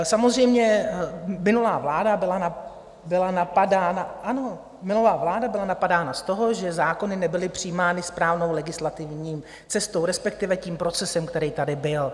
Samozřejmě, minulá vláda byla napadána ano, minulá vláda byla napadána za to, že zákony nebyly přijímány správnou legislativní cestou, respektive tím procesem, který tady byl.